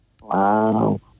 Wow